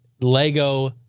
Lego